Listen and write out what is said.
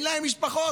אין להם משפחות?